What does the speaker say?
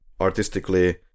artistically